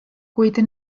kuid